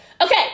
Okay